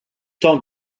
temps